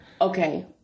Okay